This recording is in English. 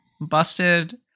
busted